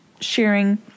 sharing